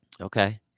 Okay